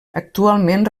actualment